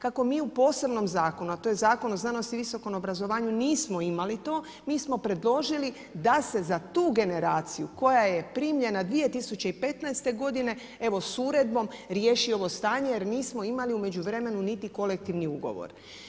Kako mi u posebnom zakonu, a to je Zakon o znanosti i visokom obrazovanju nismo imali to, mi smo predložili da se za tu generaciju koja je primljena 2015. godine evo s uredbom riješi ovo stanje jer nismo imali u međuvremenu niti kolektivni ugovor.